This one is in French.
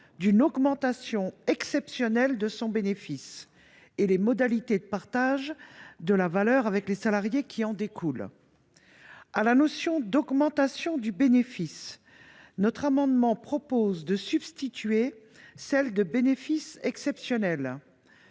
d’une augmentation exceptionnelle de son bénéfice » et « les modalités de partage de la valeur avec les salariés qui en découlent ». À la notion d’« augmentation du bénéfice », les auteurs de cet amendement souhaitent substituer celle de « bénéfice exceptionnel